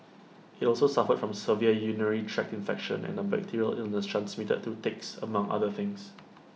IT also suffered from severe urinary tract infection and A bacterial illness transmitted through ticks among other things